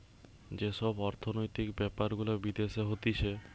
যেই সব অর্থনৈতিক বেপার গুলা বিদেশে হতিছে